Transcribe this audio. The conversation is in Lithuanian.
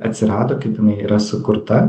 atsirado kaip jinai yra sukurta